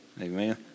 Amen